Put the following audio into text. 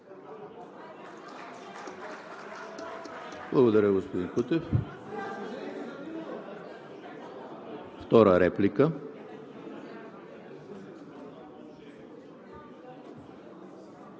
Благодаря, господин Кутев. Втора реплика.